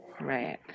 Right